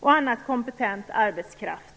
och annan kompetent arbetskraft.